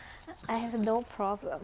I have no problem